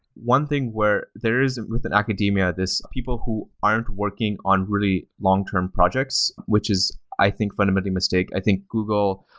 one thing where there's within academia, these people who aren't working on really long term projects, which is, i think, fundamentally a mistake. i think google,